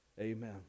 Amen